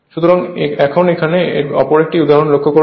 সুতরাং এখন এখানে অপর একটি উদাহরণ লক্ষ্য করুন